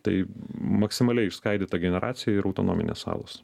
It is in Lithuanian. tai maksimaliai išskaidyta generacija ir autonominės salos